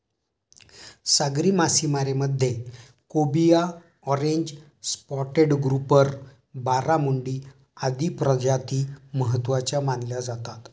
सागरी मासेमारीमध्ये cobia, orange spotted grouper, barramundi आदी प्रजाती महत्त्वाच्या मानल्या जातात